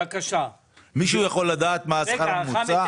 מישהו יודע מה השכר הממוצע?